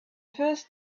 first